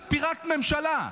את פירקת ממשלה.